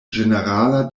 ĝenerala